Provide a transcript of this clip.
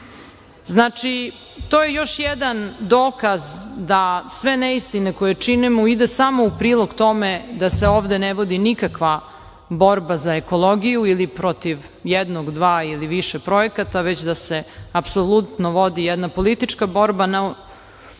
zemlju? Znači, to je još jedan dokaz da sve neistine koje činimo idu samo u prilog tome da se ovde ne vodi nikakva borba za ekologiju ili protiv jednog, dva ili više projekata, već da se apsolutno vodi jedna politička borba u pokušaju